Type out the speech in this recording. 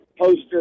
poster